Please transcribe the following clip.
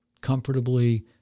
comfortably